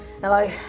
hello